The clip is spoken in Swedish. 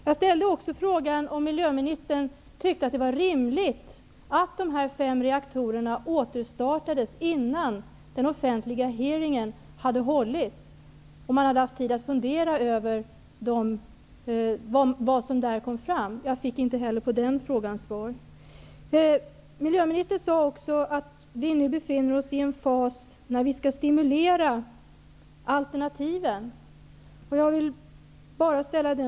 Jag ställde också frågan om miljöministern tyckte att det var rimligt att de här fem reaktorerna återstartades innan den offentliga hearingen hade hållits och man haft tid att fundera över vad som där kommer fram. Inte heller på den frågan fick jag något svar. Miljöministern sade också att vi nu befinner oss i en fas när vi skall stimulera alternativen.